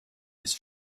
his